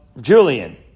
Julian